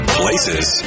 places